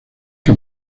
que